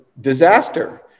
disaster